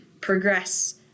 progress